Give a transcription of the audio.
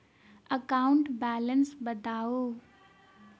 account balance बताउ